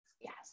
Yes